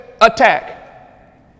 attack